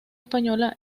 española